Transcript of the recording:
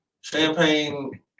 Champagne